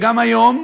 וגם היום